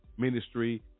ministry